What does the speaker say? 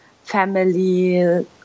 family